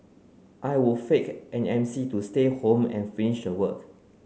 I would fake an M C to stay home and finish the work